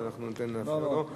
נאפשר לו.